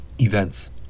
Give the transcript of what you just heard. Events